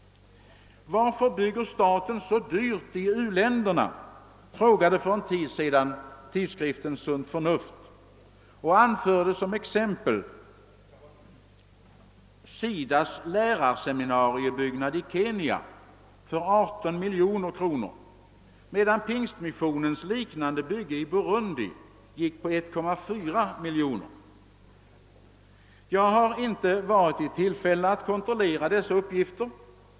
Varför bygger staten så dyrt i uländerna? Den frågan ställdes för en tid sedan i tidskriften Sunt Förnuft. Som exempel anfördes att SIDA :s seminariebyggnad i Kenya kostat 18 miljoner kronor, medan ett liknande bygge som pingstmissionen genomfört i Burundi gick på 1,4 miljon kronor. Jag har inte haft tillfälle att kontrollera dessa uppgifter.